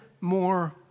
more